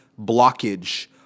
blockage